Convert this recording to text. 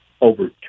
over